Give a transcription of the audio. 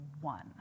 one